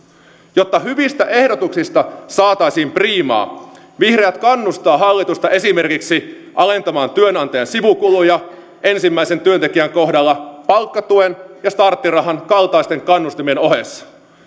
jotta hyvistä ehdotuksista saataisiin priimaa vihreät kannustavat hallitusta esimerkiksi alentamaan työnantajan sivukuluja ensimmäisen työntekijän kohdalla palkkatuen ja starttirahan kaltaisten kannustimien ohessa